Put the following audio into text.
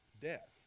death